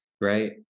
right